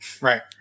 Right